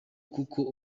kuko